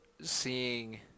seeing